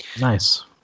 nice